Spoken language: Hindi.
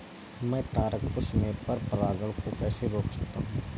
मैं तारक पुष्प में पर परागण को कैसे रोक सकता हूँ?